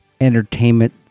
entertainment